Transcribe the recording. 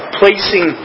placing